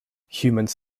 humans